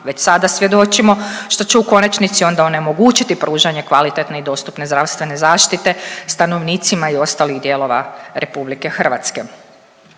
već sada svjedočimo, što će u konačnici onda onemogućiti pružanje kvalitetne i dostupne zdravstvene zaštite stanovnicima i ostalih dijelova RH.